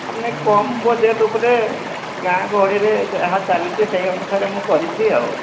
ମାନେ କମ ବଜେଟ୍ ଉପରେ ଗାଁ ଗହଳିରେ ଯାହା ଚାଲିଛି ସେଇ ଅନୁସାରେ ମୁଁ କରିଛି ଆଉ